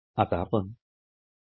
आता मालमत्ता बाजू पाहू